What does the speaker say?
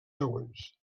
següents